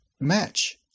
match